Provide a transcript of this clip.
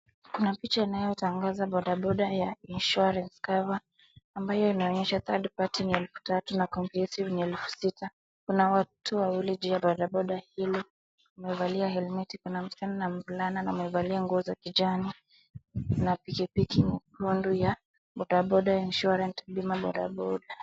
Kuna picha inayotangaza bodaboda ya insurance cover ambayo inaonyesha third party ni elfu tatu na comprehensive ni elfu sita. Kuna watu wawili juu ya bodaboda hiyo wamevalia helmet kuna msichana na mvulana na wamevalia nguo za kijani na pikipiki ni muundo ya bodaboda insurant bima bodaboda.